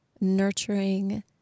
nurturing